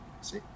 see